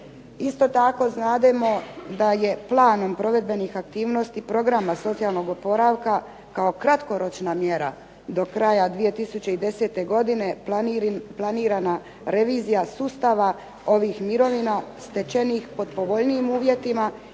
Isto tako znademo da je planom provedbenih aktivnosti programa socijalnog oporavka, kao kratkoročna mjera do kraja 2010. godine planirana revizija sustava ovih mirovina stečenih pod povoljnijim uvjetima